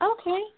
Okay